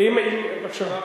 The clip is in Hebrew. אם תרשה לי,